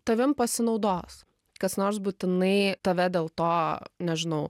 tavim pasinaudos kas nors būtinai tave dėl to nežinau